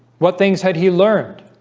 what things had he learned